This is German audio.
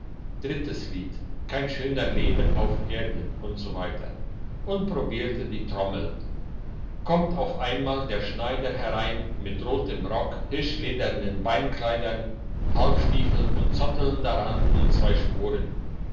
drittes lied kein schöner leben auf erden usw und probierte die trommeln kommt auf einmal der schneider herein mit rotem rock hirschledernen beinkleidern halbstiefeln und zotteln daran und zwei sporen